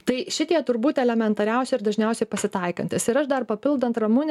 tai šitie turbūt elementariausi ir dažniausia pasitaikantys ir aš dar papildant ramunę